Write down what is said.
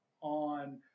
on